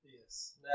Yes